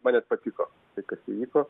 man net patiko tai kas įvyko